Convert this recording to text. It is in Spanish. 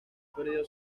perdido